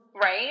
Right